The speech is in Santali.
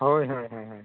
ᱦᱳᱭ ᱦᱳᱭ ᱦᱳᱭ